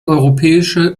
europäische